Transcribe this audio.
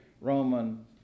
Roman